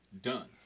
done